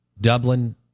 Dublin